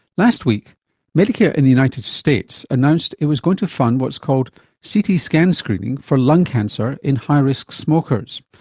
last week medicare in the united states announced it was going to fund what's called ct scan screening for lung cancer in high risk smokers.